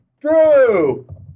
Drew